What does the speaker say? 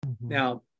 Now